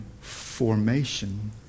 formation